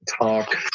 talk